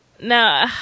No